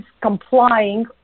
complying